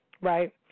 right